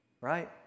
right